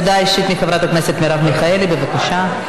הודעה אישית של חברת הכנסת מרב מיכאלי, בבקשה.